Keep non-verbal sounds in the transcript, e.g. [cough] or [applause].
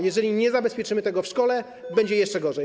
Jeżeli nie zabezpieczymy tego w szkole, [noise] będzie jeszcze gorzej.